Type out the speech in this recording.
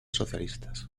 socialistas